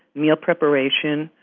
meal preparation,